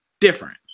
different